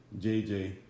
JJ